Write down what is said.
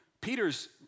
Peter's